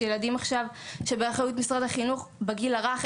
ילדים שבאחריות משרד החינוך בגיל הרך,